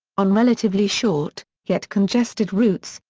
on relatively short, yet congested routes,